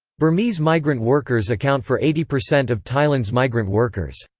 burmese migrant workers account for eighty percent of thailand's migrant workers.